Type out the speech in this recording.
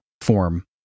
form